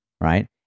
right